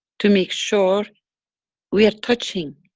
to make sure we are touching.